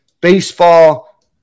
Baseball